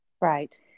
right